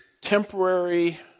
Temporary